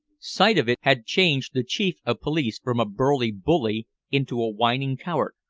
sight of it had changed the chief of police from a burly bully into a whining coward,